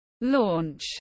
Launch